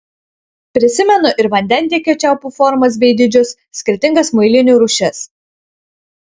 prisimenu ir vandentiekio čiaupų formas bei dydžius skirtingas muilinių rūšis